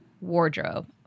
wardrobe